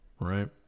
right